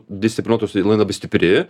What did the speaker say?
disciplinuotus jinai labai stipri